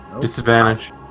Disadvantage